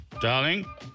darling